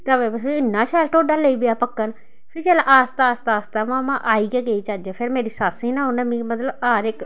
तवे पर फ्ही इन्ना शैल ढोडा लेई पेआ पक्कन फ्ही जेल्लै आस्ता आस्ता आस्ता उ'आं मां आई गै गेई झज्ज फिर मेरी सस्स ही ना उ'न्नै मी मतलब हर इक